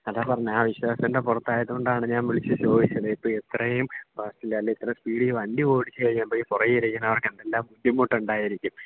അതാ പറഞ്ഞത് ആ വിശ്വാസത്തിൻ്റെ പുറത്തായത് കൊണ്ടാണ് ഞാൻ വിളിച്ചു ചോദിച്ചത് ഇപ്പോൾ ഇത്രയും ഫാസ്ടില് അല്ലേ ഇത്രേം സ്പീഡിൽ വണ്ടി ഓടിച്ചു കഴിയുമ്പോൾ ഈ പുറകിൽ ഇരിക്കുന്നവർക്ക് എന്തെല്ലാം ബുദ്ധിമുട്ടുണ്ടായിരിക്കും